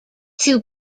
too